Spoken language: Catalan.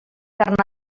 per